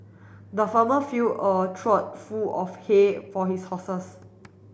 the farmer fill a trough full of hay for his horses